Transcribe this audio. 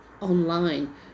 online